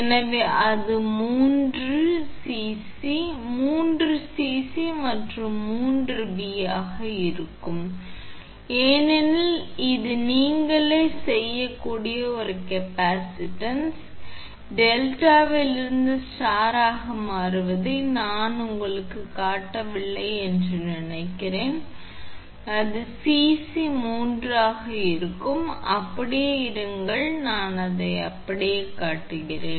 எனவே அது 3 𝐶𝑐 3 𝐶𝑐 மற்றும் 3 be ஆக இருக்கும் ஏனெனில் இது நீங்களே செய்யக்கூடிய ஒரு கேப்பாசிட்டன்ஸ் டெல்டாவிலிருந்து ஸ்டாராக மாறுவதை நான் உங்களுக்குக் காட்டவில்லை என்று நினைக்கிறேன் அது 3 𝐶𝑐 ஆக இருக்கும் அப்படியே இருங்கள் நான் அதை அப்படியே காட்டுகிறேன்